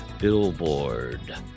billboard